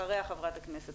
לאחר מכן חברות הכנסת.